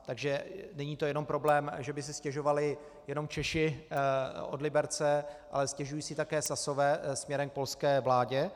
Takže není to jenom problém, že by si stěžovali jenom Češi od Liberce, ale stěžují si také Sasové směrem k polské vládě.